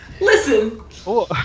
Listen